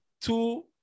two